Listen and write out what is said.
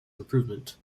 improvement